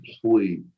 complete